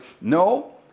No